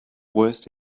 worst